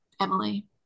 Emily